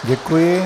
Děkuji.